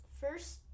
First